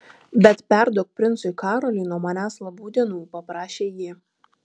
bet perduok princui karoliui nuo manęs labų dienų paprašė ji